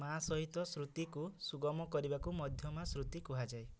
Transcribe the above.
ମାଆ ସହିତ ଶ୍ରୁତିକୁ ସୁଗମ କରିବାକୁ ମଧ୍ୟମା ଶ୍ରୁତି କୁହାଯାଏ